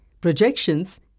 projections